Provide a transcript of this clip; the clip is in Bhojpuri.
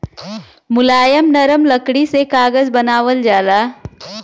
मुलायम नरम लकड़ी से कागज बनावल जाला